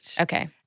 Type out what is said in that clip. Okay